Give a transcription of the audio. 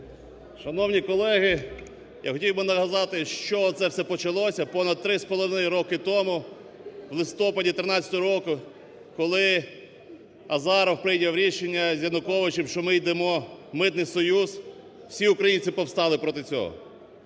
Шановні колеги, я хотів би нагадати, з чого це все почалося. Понад 3,5 роки тому у листопаді 2013 року, коли Азаров прийняв рішення з Януковичем, що ми йдемо у Митний союз, всі українці повстали проти цього.